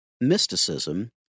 mysticism